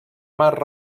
mar